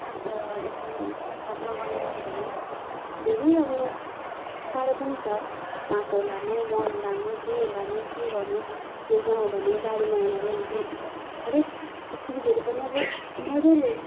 यस छतमा गर्नुपर्यो भने धेरै अब साह्रो पनि छ माटो लानु मल लानु के लानु के गर्नु भुइँमा हो भने बारीमा हो भने हामीले हरेक चिजहरू पनि अब मजाले